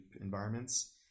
environments